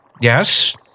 yes